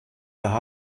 the